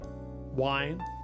wine